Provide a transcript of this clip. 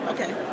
Okay